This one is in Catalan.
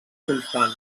constant